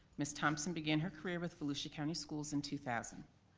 miss thompson began her career with volusia county schools in two thousand.